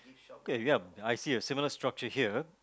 okay you got a I see a similar structure here